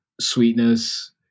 sweetness